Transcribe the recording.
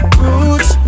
roots